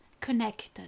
connected